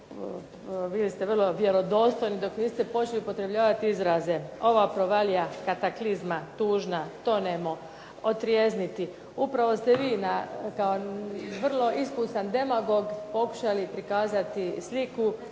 bili ste vrlo vjerodostojni dok niste počeli upotrebljavati izraze, ova provalija, kataklizma, tužna, tonemo, otrijezniti. Upravo ste vi kao vrlo iskusan demagog pokušali pokazati sliku